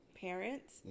parents